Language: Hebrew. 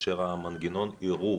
ומנגנון הערעור